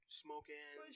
smoking